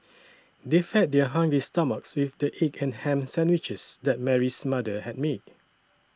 they fed their hungry stomachs with the egg and ham sandwiches that Mary's mother had made